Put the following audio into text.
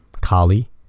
Kali